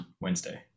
Wednesday